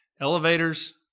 Elevators